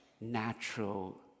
natural